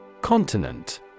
Continent